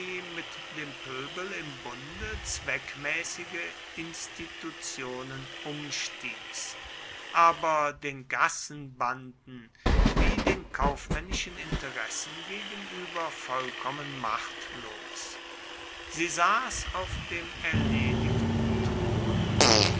mit dem pöbel im bunde zweckmäßige institutionen umstieß aber den gassenbanden wie den kaufmännischen interessen gegenüber vollkommen machtlos sie saß auf dem erledigten thron mit